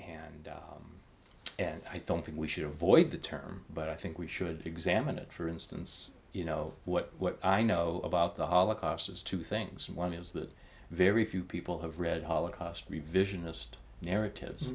hand and i don't think we should avoid the term but i think we should examine it for instance you know what i know about the holocaust is two things and one is that very few people have read holocaust revisionist narratives